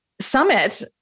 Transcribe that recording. summit